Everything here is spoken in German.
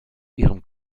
ihrem